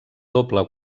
doble